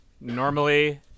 normally